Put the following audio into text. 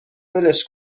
ولش